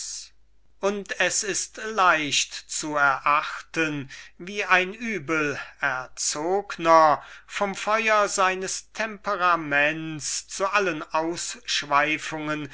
und es ist leicht zu erachten wie ein übelgezogner und vom feuer seines temperaments zu allen ausschweifungen